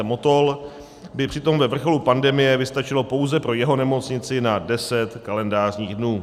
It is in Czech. Motol by přitom ve vrcholu pandemie vystačilo pouze pro jeho nemocnici na 10 kalendářních dnů.